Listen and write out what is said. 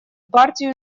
партию